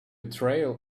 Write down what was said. trail